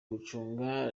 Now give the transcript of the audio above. gucunga